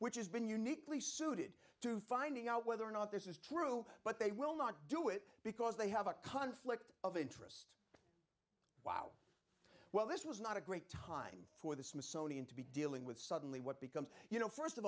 which has been uniquely suited to finding out whether or not this is true but they will not do it because they have a conflict of interest wow well this was not a great time for the smithsonian to be dealing with suddenly what becomes you know st of